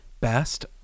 best